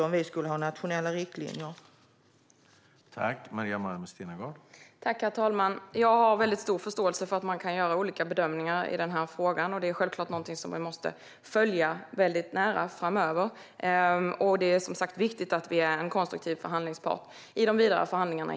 Om vi skulle ha nationella riktlinjer gäller de inte där.